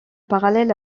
parallèle